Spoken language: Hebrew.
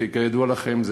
כידוע לכם,